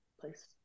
place